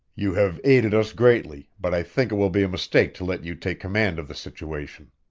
you have aided us greatly, but i think it will be a mistake to let you take command of the situation.